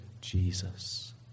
Jesus